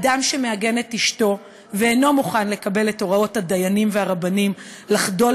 אדם שמעגן את אשתו ואינו מוכן לקבל את הוראות הדיינים והרבנים לחדול